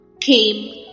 came